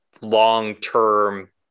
long-term